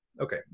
Okay